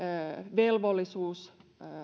velvollisuus